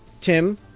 Tim